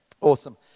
Awesome